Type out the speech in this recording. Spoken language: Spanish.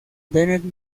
bennett